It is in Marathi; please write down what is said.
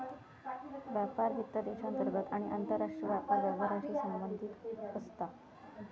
व्यापार वित्त देशांतर्गत आणि आंतरराष्ट्रीय व्यापार व्यवहारांशी संबंधित असता